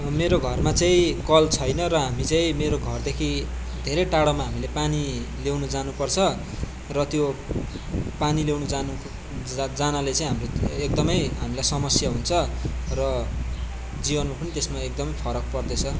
मेरो घरमा चाहिँ कल छैन र हामी चाहिँ मेरो घरदेखि धेरै टाडोमा हामीले पानी लिनु जानु पर्छ र त्यो पानी लिनु जानु जानले चाहिँ हामीलाई एकदमै हामीलाई समस्या हुन्छ र जीवन पनि त्यसमा एकदम फरक पर्दैछ